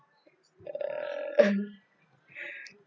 err